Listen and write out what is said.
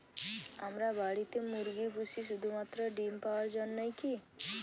আমরা বাড়িতে মুরগি পুষি শুধু মাত্র ডিম পাওয়ার জন্যই কী?